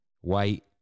white